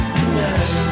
tonight